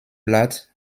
blatt